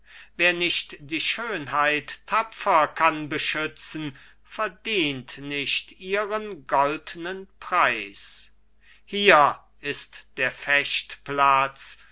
wer nicht die schönheit tapfer kann beschützen verdient nicht ihren goldnen preis hier ist der